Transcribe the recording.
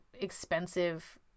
expensive